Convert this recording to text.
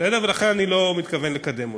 ולכן אני לא מתכוון לקדם אותו.